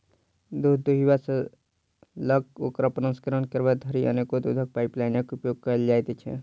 दूध दूहबा सॅ ल क ओकर प्रसंस्करण करबा धरि अनेको दूधक पाइपलाइनक उपयोग कयल जाइत छै